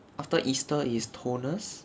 after easter is toners